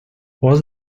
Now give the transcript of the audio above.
was